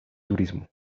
turismo